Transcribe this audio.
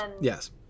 yes